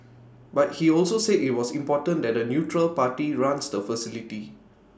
but he also said IT was important that A neutral party runs the facility